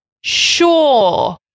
sure